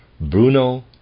Bruno